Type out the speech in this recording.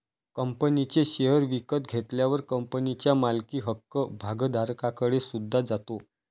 कंपनीचे शेअर विकत घेतल्यावर कंपनीच्या मालकी हक्क भागधारकाकडे सुद्धा जातो